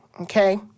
okay